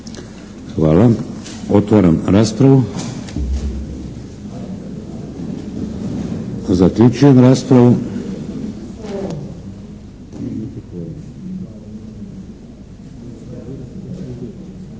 Hvala. Otvaram raspravu. Zaključujem raspravu.